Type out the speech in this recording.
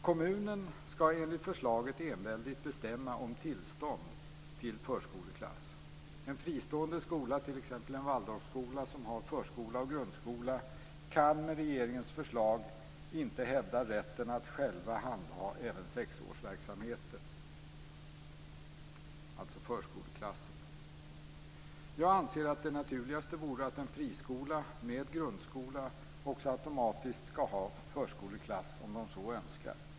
Kommunen skall enligt förslaget enväldigt bestämma om tillstånd till föreskoleklass. En fristående skola, t.ex. en Waldorfskola, som har förskola och grundskola kan med regeringens förslag inte hävda rätten att själv handha även sexårsverksamheten, alltså förskoleklasser. Jag anser att det naturligaste vore att en friskola med grundskola också automatiskt skall kunna ha förskoleklass om den så önskar.